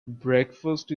breakfast